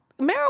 marijuana